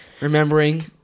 Remembering